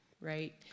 Right